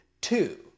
Two